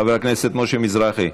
חבר הכנסת משה מזרחי,